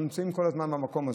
אנחנו נמצאים כל הזמן במקום הזה.